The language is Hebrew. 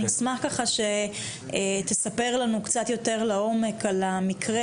אני אשמח ככה שתספר לנו קצת יותר לעומק על המקרה,